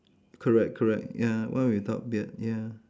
correct correct ya one without beard ya